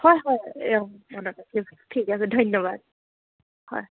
হয় হয় অঁ মনত ৰাখিম ঠিক আছে ধন্যবাদ হয়